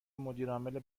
مدیرعامل